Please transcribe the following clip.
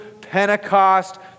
Pentecost